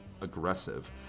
aggressive